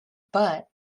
but